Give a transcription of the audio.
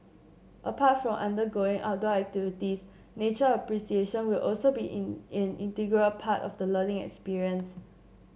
apart from undergoing outdoor activities nature appreciation will also be in an integral part of the learning experience